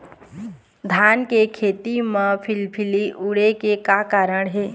धान के खेती म फिलफिली उड़े के का कारण हे?